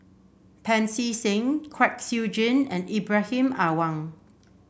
Pancy Seng Kwek Siew Jin and Ibrahim Awang